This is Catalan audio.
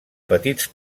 petits